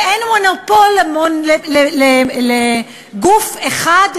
ואין מונופול לגוף אחד,